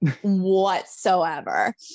whatsoever